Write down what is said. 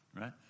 right